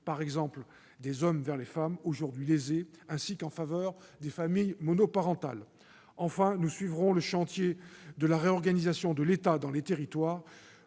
par exemple des hommes vers les femmes, aujourd'hui lésées, ainsi qu'en faveur des familles monoparentales. Enfin, nous suivrons le chantier de la réorganisation de l'État dans les territoires,